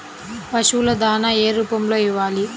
పశువుల దాణా ఏ రూపంలో ఇవ్వాలి?